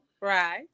Right